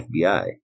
FBI